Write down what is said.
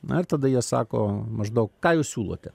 na ir tada jie sako maždaug ką jūs siūlote